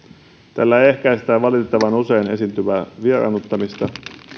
tällä ehkäistään valitettavan usein esiintyvää vieraannuttamista